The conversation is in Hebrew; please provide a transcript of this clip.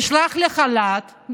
נשלח לחל"ת,